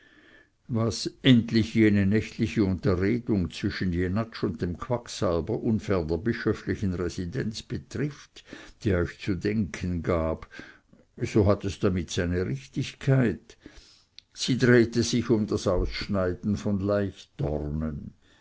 was endlich jene nächtliche unterredung zwischen jenatsch und dem quacksalber unfern der bischöflichen residenz betrifft die euch zu denken gab so hat es damit seine richtigkeit sie drehte sich um das ausschneiden von